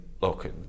look